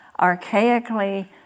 archaically